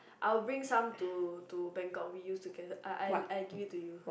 I will bring some to to Bangkok we us together I I I give it to you